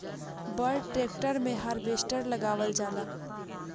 बड़ ट्रेक्टर मे हार्वेस्टर लगावल जाला